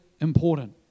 important